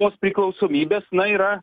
tos priklausomybės na yra